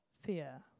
fear